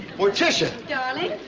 morticia. darling,